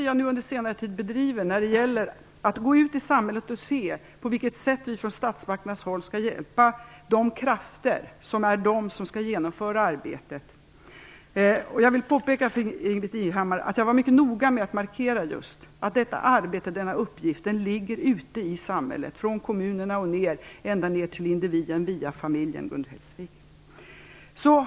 Jag har under senare tid bedrivit ett arbete med att gå ut i samhället och se på vilket sätt vi från statsmakterna skall hjälpa de krafter som skall genomföra detta arbete. Jag vill påpeka för Ingbritt Irhammar att jag var mycket noga med att markera att just detta arbete, denna uppgift, vilar på samhället, från kommunerna och ända ner till individen via familjen, Gun Hellsvik.